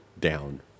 down